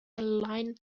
aligned